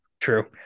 True